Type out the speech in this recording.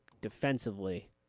defensively